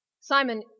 Simon